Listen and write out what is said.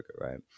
right